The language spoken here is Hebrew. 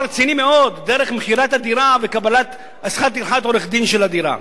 רציני מאוד דרך מכירת הדירה וקבלת שכר טרחת עורך-דין של הדירה.